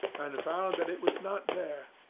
and found that it was not there.